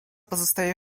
pozostaje